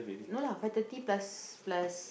no lah five thirty plus plus